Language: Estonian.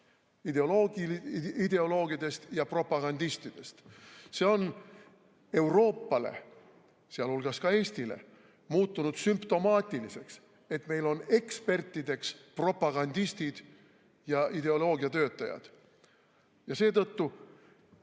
ideoloogidest ja propagandistidest. See on Euroopale, sealhulgas Eestile, muutunud sümptomaatiliseks, et meil on ekspertideks propagandistid ja ideoloogiatöötajad. Seetõttu